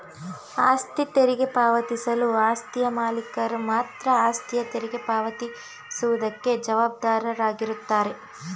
ಆಸ್ತಿ ತೆರಿಗೆ ಪಾವತಿಸಲು ಆಸ್ತಿಯ ಮಾಲೀಕರು ಮಾತ್ರ ಆಸ್ತಿಯ ತೆರಿಗೆ ಪಾವತಿ ಸುವುದಕ್ಕೆ ಜವಾಬ್ದಾರಾಗಿರುತ್ತಾರೆ